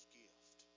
gift